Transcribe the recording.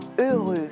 heureux